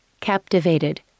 captivated